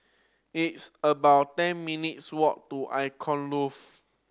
it's about ten minutes' walk to Icon Loft